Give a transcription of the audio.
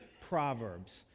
Proverbs